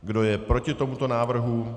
Kdo je proti tomuto návrhu?